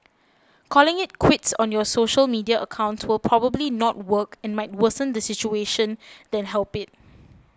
calling it quits on your social media accounts will probably not work and might worsen the situation than help it